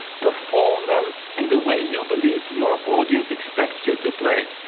perform them in the way you believe your audience expects you to play.